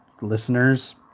Listeners